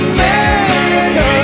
America